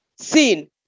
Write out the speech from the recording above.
seen